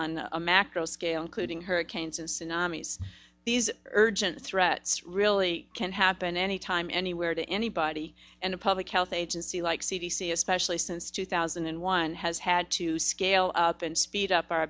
a macro scale including hurricanes and tsunamis these urgent threat really can happen anytime anywhere to anybody and a public health agency like c d c especially since two thousand and one has had to scale up and speed up our